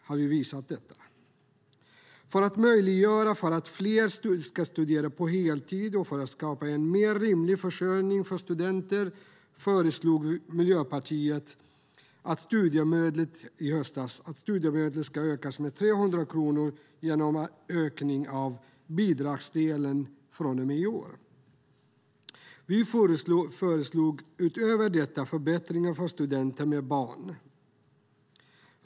För att göra det möjligt för fler att studera på heltid och för att skapa en mer rimlig försörjning för studenter föreslog Miljöpartiet i höstas att studiemedlet ska öka med 300 kronor genom en höjning av bidragsdelen från i år. Utöver detta föreslog vi förbättringar för studenter med barn.